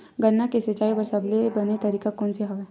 गन्ना के सिंचाई बर सबले बने तरीका कोन से हवय?